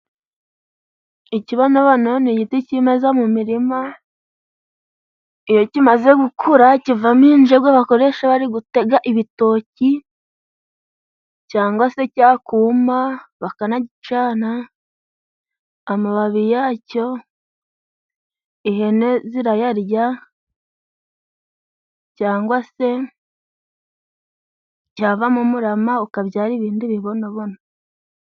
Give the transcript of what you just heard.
Ikibonobono ni igiti cyimeza mu mirima, iyo kimaze gukura kivamo injegwe bakoresha bari gutega ibitoki, cyangwa se cyakuma bakanagicana. Amababi yacyo ihene zirayarya, cyangwa se cyavamo umurama ukabyara ibindi bibonobono.